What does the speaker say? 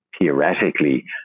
theoretically